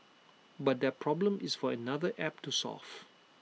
but that problem is for another app to solve